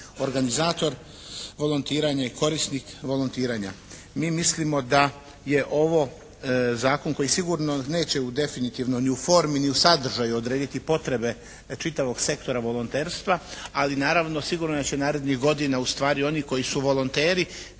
organizator volontiranja i korisnik volontiranja. Mi mislimo da je ovo zakon koji sigurno neće u definitivno ni u formi ni u sadržaju odrediti potrebe čitavog sektora volonterstva, ali naravno sigurno da će narednih godina ustvari oni koji su volonteri